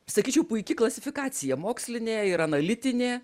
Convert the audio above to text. sakyčiau puiki klasifikacija mokslinė ir analitinė